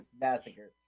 Massacre